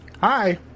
Hi